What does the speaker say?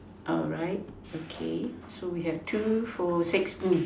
all right okay so we have two four six